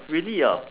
really ah